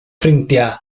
ffrindiau